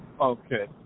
Okay